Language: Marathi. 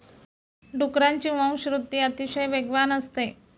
डुकरांची वंशवृद्धि अतिशय वेगवान असते